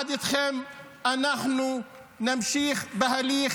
יחד איתכם אנחנו נמשיך בהליך,